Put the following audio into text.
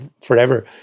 forever